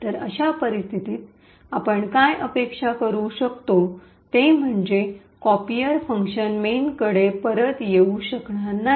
तर अशा परिस्थितीत आपण काय अपेक्षा करू शकतो ते म्हणजे कॉपीर फंक्शन मेनकडे परत येऊ शकणार नाही